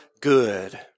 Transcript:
good